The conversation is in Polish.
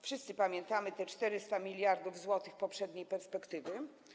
Wszyscy pamiętamy te 400 mld zł poprzedniej perspektywy.